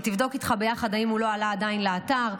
היא תבדוק יחד איתך אם הוא עדיין לא עלה לאתר,